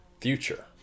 future